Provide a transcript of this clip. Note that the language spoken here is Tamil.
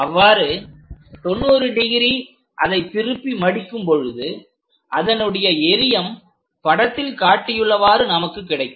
அவ்வாறு 90 டிகிரி அதை திருப்பி மடிக்கும் பொழுது அதனுடைய எறியம் படத்தில் காட்டியுள்ளவாறு நமக்கு கிடைக்கும்